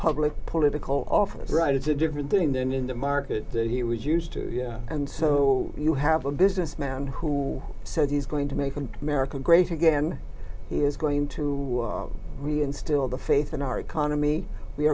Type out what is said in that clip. public political office right it's a different thing than in the market that d he was used to and so you have a businessman who said he's going to make an america great again he is going to reinstill the faith in our economy we